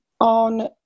On